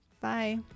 Bye